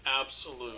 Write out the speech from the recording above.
absolute